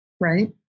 right